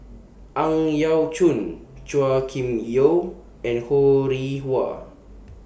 Ang Yau Choon Chua Kim Yeow and Ho Rih Hwa